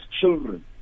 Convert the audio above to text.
children